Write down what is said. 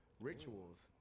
rituals